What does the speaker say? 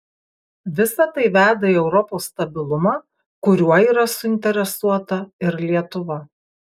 visa tai veda į europos stabilumą kuriuo yra suinteresuota ir lietuva